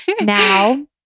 now